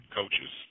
coaches